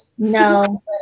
No